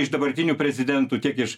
iš dabartinių prezidentų tiek iš